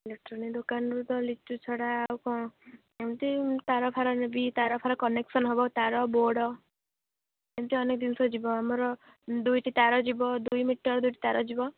electronic ଦୋକାନରୁ ତ ଲିଚୁ ଛଡ଼ା ଆଉ କ'ଣ ଏମିତି ତାର ଫାର ନେବି ତାର ଫାର କନେକ୍ସନ୍ ହେବ ତାର ବୋର୍ଡ଼ ଏମିତି ଅନେକ ଜିନିଷ ଯିବ ଆମର ଦୁଇଟି ତାର ଯିବ ଦୁଇ ମିଟରର ଦୁଇଟି ତାର ଯିବ